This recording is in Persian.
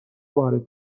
وارد